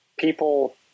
people